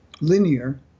linear